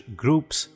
groups